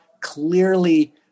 clearly